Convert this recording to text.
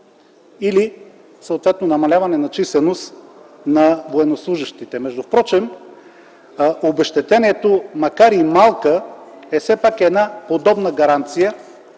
или съответно намаляване на числеността на военнослужещите. Между другото, обезщетението, макар и малка, е все пак една удобна гаранция,